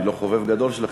אני לא חובב גדול שלכם,